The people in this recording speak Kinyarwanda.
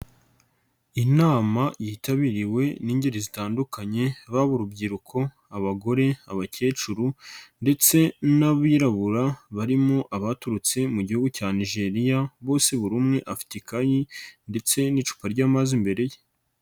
Inama yitabiriwe n'ingeri zitandukanye baba urubyiruko, abagore, abakecuru ndetse n'abirabura barimo abaturutse mu gihugu cya Nigeria bose buri umwe afiate ikayi ndetse n'icupa ry'amazu imbere ye.